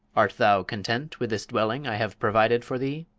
art thou content with this dwelling i have provided for thee?